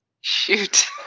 Shoot